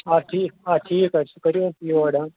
آ ٹھیٖک آ ٹھیٖک حظ چھُ کٔرِو یور ہَن